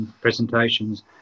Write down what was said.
presentations